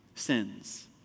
sins